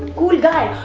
cool guy.